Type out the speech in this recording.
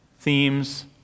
themes